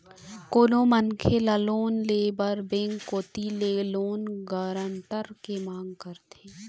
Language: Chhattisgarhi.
कोनो मनखे ल लोन ले बर बेंक कोती ले लोन गारंटर के मांग करथे